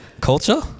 culture